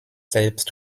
selbst